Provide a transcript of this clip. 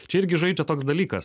čia irgi žaidžia toks dalykas